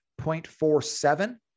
0.47